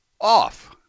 off